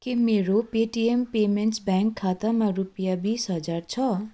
के मेरो Paytm payments bank खातामा रुपियाँ बिस हजार छ